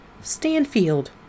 Stanfield